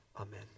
Amen